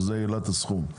וזה העלה את הסכום.